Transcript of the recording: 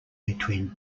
between